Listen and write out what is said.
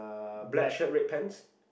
black shirt red pants